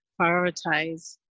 prioritize